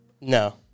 No